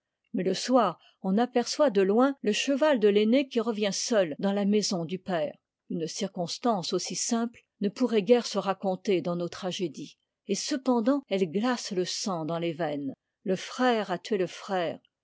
mais le soir on aperçoit de loin le cheval de l'aîné qui revient seul dans la maison du père une circonstance aussi simple ne pourrait guère se raconter dans nos tragédies et cependant ette gtaee le sang dans les veines le frère a tué le frère